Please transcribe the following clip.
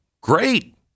great